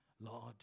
Lord